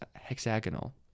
hexagonal